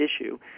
issue